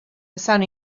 buaswn